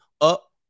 up